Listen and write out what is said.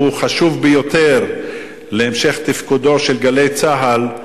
שהוא חשוב ביותר להמשך התפקוד של "גלי צה"ל",